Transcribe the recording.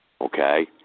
okay